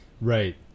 Right